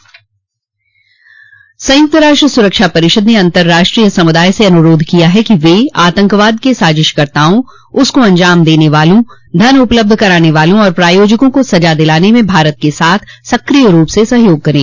संयुक्त राष्ट्र सुरक्षा परिषद ने अंतर्राष्ट्रीय समुदाय से अनुरोध किया है कि वे आतंकवाद के साजिशकर्ताओं उसको अंजाम देने वालों धन उपलब्ध कराने वालों और प्रायोजकों को सजा दिलाने में भारत के साथ सक्रिय रूप से सहयोग करें